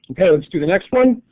let's do the next one.